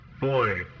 Boy